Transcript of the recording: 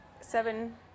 Seven